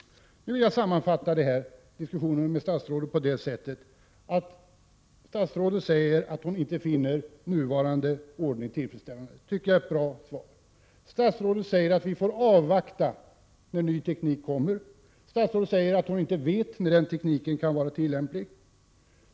Jag vill sammanfatta diskussionen med statsrådet på följande sätt. Statsrådet säger att hon inte finner nuvarande ordning tillfredsställande. Det är ett bra svar. Statsrådet säger att vi får avvakta tills ny teknik kommer och att hon inte vet när den tekniken kan vara tillgänglig.